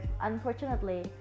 unfortunately